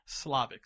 Slavics